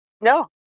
No